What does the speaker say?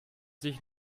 sich